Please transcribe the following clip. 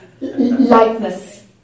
lightness